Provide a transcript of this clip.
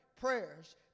prayers